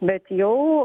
bet jau